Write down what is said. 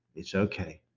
it's okay.